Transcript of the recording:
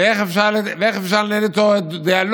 ואיך אפשר לנהל איתו דיאלוג?